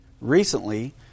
recently